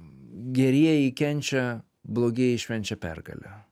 gerieji kenčia blogieji švenčia pergalę